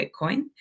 Bitcoin